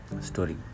story